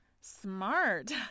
Smart